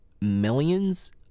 millions